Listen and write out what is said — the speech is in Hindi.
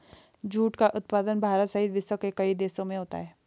जूट का उत्पादन भारत सहित विश्व के कई देशों में होता है